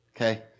okay